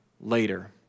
later